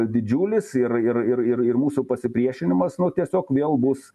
didžiulis ir ir ir ir mūsų pasipriešinimas nu tiesiog vėl bus